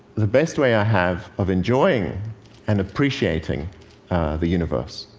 the best way i have of enjoying and appreciating the universe.